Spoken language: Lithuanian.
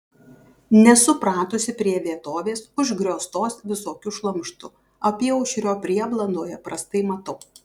nesu pratusi prie vietovės užgrioztos visokiu šlamštu apyaušrio prieblandoje prastai matau